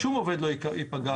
אף עובד לא ייפגע,